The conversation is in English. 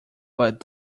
but